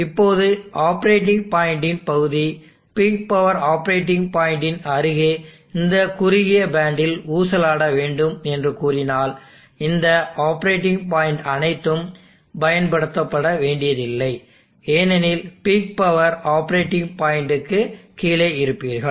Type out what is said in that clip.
இப்போது ஆப்பரேட்டிங் பாயிண்ட்டின் பகுதி பீக் பவர் ஆப்பரேட்டிங் பாயிண்ட்டின் அருகே இந்த குறுகிய பேண்ட்டில் ஊசலாட வேண்டும் என்று கூறினால் இந்த ஆப்பரேட்டிங் பாயிண்ட் அனைத்தும் பயன்படுத்தப்பட வேண்டியதில்லை ஏனென்றால் பீக் பவர் ஆப்பரேட்டிங் பாயிண்டுக்கு கீழே இருப்பீர்கள்